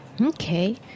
Okay